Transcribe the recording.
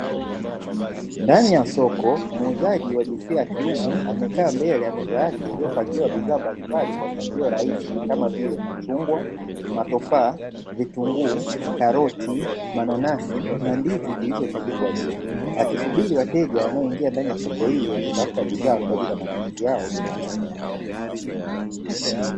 Ndani ya soko muuzaji wa jinsia ya kiume amekaa mbele meza yake iliyopangiwa bidhaa mbalimbali kwa mpapangilio raisi kama vile machungwa, matofaa, vitunguu, karoti, mananasi na ndizi zilizotundikwa juu akisubiri wateja wanao ukitafuta bidhaa kwa ajili ya matumizi yao binafsi.